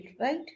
right